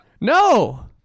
No